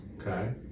Okay